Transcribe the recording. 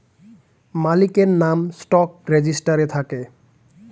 মালিকের নাম স্টক রেজিস্টারে থাকে